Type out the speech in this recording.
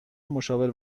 مشاور